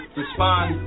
respond